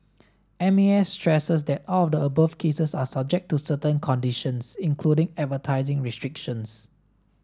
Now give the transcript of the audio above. M A S stresses that all of the above cases are subject to certain conditions including advertising restrictions